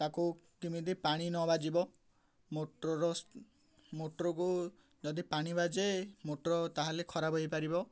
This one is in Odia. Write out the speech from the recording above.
ତାକୁ କେମିତି ପାଣି ନ ବାଜିବ ମୋଟରର ମୋଟରକୁ ଯଦି ପାଣି ବାଜେ ମୋଟର ତାହେଲେ ଖରାପ ହେଇପାରିବ